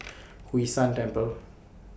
Hwee San Temple